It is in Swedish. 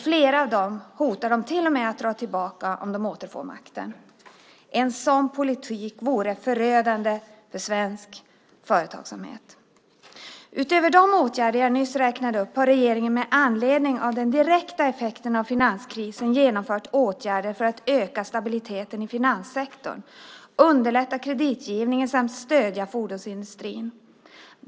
Flera av dem hotar de till och med att dra tillbaka om de återfår makten. En sådan politik vore förödande för svensk företagsamhet. Utöver de åtgärder jag nyss räknade upp har regeringen med anledning av de direkta effekterna av finanskrisen genomfört åtgärder för att öka stabiliteten i finanssektorn, underlätta kreditgivningen samt stödja fordonsindustrin.